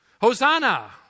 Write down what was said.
Hosanna